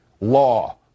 law